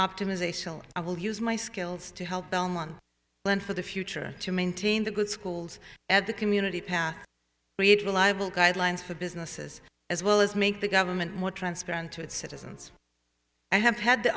optimization i will use my skills to help belmont plan for the future to maintain the good schools at the community path create reliable guidelines for businesses as well as make the government more transparent to its citizens i have had the